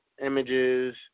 images